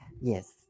Yes